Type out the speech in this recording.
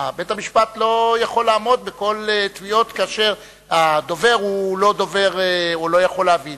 בית-המשפט לא יכול לעמוד בכל התביעות כאשר הדובר לא יכול להבין,